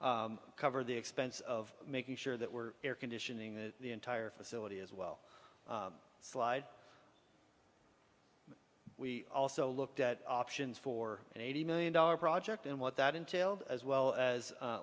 cover the expense of making sure that we're air conditioning the entire facility as well slide we also looked at options for an eighty million dollars project and what that entailed as well as